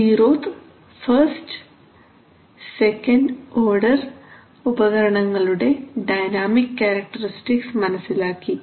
zeroth first second order zeroth first and second order ഉപകരണങ്ങളുടെ dynamic characteristics മനസ്സിലാക്കി